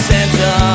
Santa